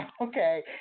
Okay